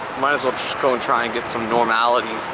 might as well go and try and get some normality